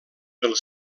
pel